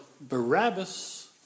Barabbas